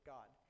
God